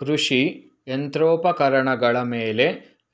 ಕೃಷಿ ಯಂತ್ರೋಪಕರಣಗಳ ಮೇಲೆ